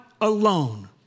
alone